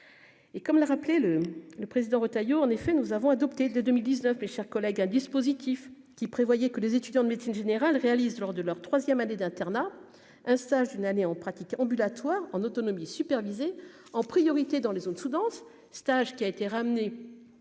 et comme l'a rappelé le le président Retailleau, en effet, nous avons adopté dès 2019 les chers collègues, un dispositif qui prévoyait que les étudiants de médecine générale réalise lors de leur 3ème année d'internat, un stage d'une année en pratique en bu là. En autonomie superviser en priorité dans les zones sous-denses stage qui a été ramené